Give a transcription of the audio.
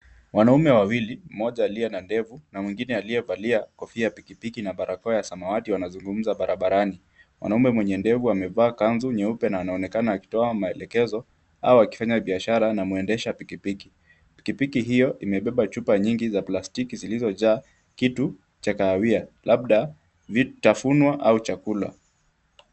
Wanaume wawili, mmoja aliye na ndevu na mwingine aliyevalia kofia ya pikipiki na barakoa ya samawati wanazungumza barabarani. Mwanamume mwenye ndevu amevaa kanzu nyeupe na anaonekana akitoa maelekezo au akifanya biashara na mwendesha pikipiki. Pikipiki hio imebeba chupa nyingi za plastiki zilizojaa kitu cha kahawia, labda vitafunwa au chakula.